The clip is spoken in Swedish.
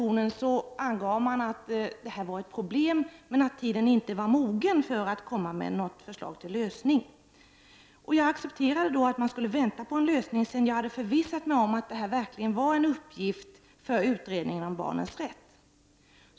I denna angavs att det fanns problem på detta område, men att tiden inte var mogen för något förslag till lösning. Jag accepterade då att vänta på en lösning, sedan jag hade förvissat mig om att detta verkligen var en uppgift för utredningen om barnens rätt.